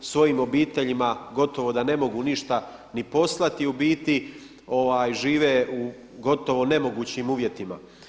Svojim obiteljima, gotovo da ne mogu ništa ni poslati u biti, žive u gotovo nemogućim uvjetima.